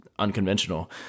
unconventional